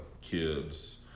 kids